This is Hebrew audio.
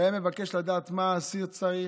והיה מבקש לדעת מה האסיר צריך,